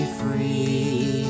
free